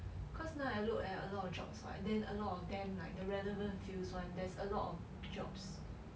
cause now I look at a lot of jobs what then a lot of them like the relevant fields one there's a lot of jobs